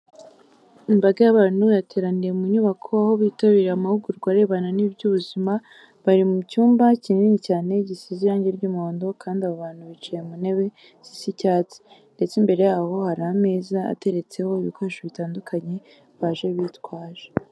Imbaga y'abantu yateraniye mu nyubako, aho bitabiriye amahugurwa arebana n'iby'ubuzima. Bari mu cyumba kinini cyane gisize irange ry'umuhondo kandi abo bantu bicaye mu ntebe zisa icyatsi, ndetse imbere yabo hari ameza ateretseho ibikoresho bitandukanye baje bitwaje.